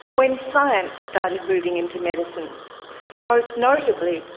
when science started moving into medicine most notably,